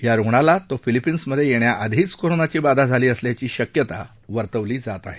या रुग्णाला तो फिलिपीन्समध्ये येण्याआधीच कोरोनाची बाधा झाली असल्याची शक्यता वर्तवली जात आहे